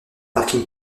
parking